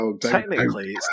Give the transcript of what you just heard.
Technically